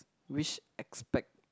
which aspect